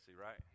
right